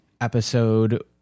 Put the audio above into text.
episode